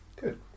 Good